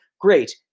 great